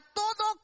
todo